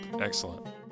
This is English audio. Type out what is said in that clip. excellent